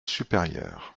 supérieur